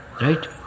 right